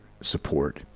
support